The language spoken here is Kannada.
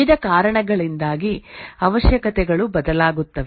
ವಿವಿಧ ಕಾರಣಗಳಿಂದಾಗಿ ಅವಶ್ಯಕತೆಗಳು ಬದಲಾಗುತ್ತವೆ